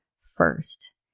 first